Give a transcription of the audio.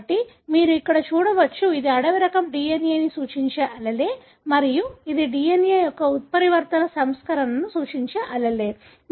కాబట్టి మీరు ఇక్కడ చూడవచ్చు ఇది అడవి రకం DNA ని సూచించే allele మరియు ఇది DNA యొక్క ఉత్పరివర్తన సంస్కరణను సూచించే allele